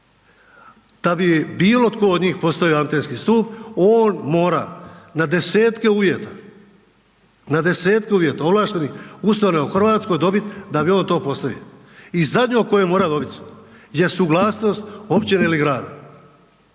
Da bi bilo tko od njih postavio antenski stup, on mora na desetke uvjeta, na desetke uvjeta ovlaštenih .../Govornik se ne razumije./... u Hrvatskoj dobiti da bi on to postavio i zadnju koju mora dobit je suglasnost općine ili grada